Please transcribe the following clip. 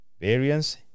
variance